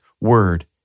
word